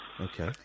Okay